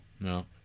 No